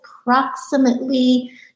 approximately